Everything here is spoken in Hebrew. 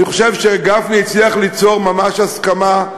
אני חושב שגפני הצליח ליצור ממש הסכמה,